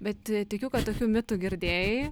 bet tikiu kad tokių mitų girdėjai